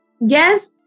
Yes